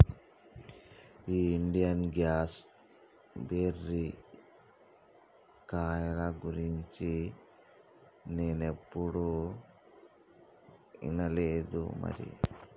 ఈ Indian goose berry కాయల గురించి నేనేప్పుడు ఇనలేదు మరి